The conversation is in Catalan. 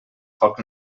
foc